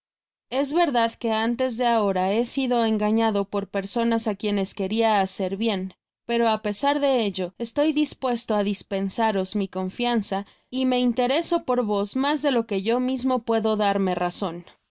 lis verdad que antes de ahora he sido engañado por personas á quienes queria hacer bien pero á pesar de ello estoy dispuesto á dispensaros mi confianza y me intereso por vos mas de lo que yo mismo puedo darme razon los